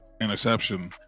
interception